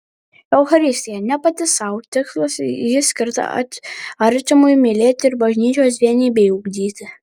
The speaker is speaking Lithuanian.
eucharistija ne pati sau tikslas ji skirta artimui mylėti ir bažnyčios vienybei ugdyti